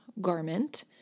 garment